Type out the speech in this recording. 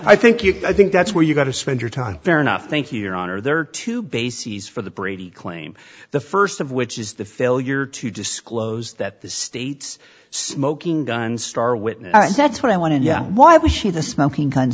i think you i think that's where you've got to spend your time fair enough thank you your honor there are two bases for the brady claim the first of which is the failure to disclose that the state's smoking gun star witness that's what i want to know why was she the smoking gun